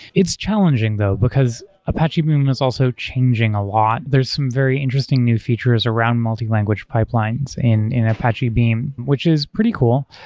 it's challenging though, because apache beam is also changing a lot. there're some very interesting new features around multi-language pipelines in in apache beam, which is pretty cool.